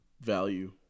value